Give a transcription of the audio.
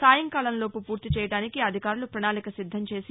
సాయంకాలంలోపు పూర్తి చేయడానికి అధికారులు ప్రణాళిక సిద్గం చేసి